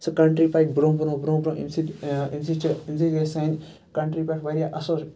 سُہ کَنٹری پَکہِ برونٛہہ برونٛہہ برونٛہہ برونٛہہ امہِ سۭتۍ امہِ سۭتۍ چھِ امہِ سۭتۍ گَژھِ سانہِ کَنٹری پیٚٹھ واریاہ اَصل